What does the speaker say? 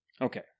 Okay